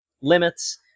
limits